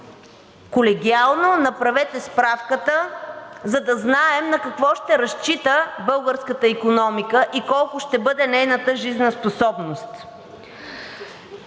колегиално, направете справката, за да знаем на какво ще разчита българската икономика и колко ще бъде нейната жизнеспособност.